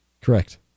Correct